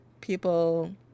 people